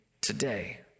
today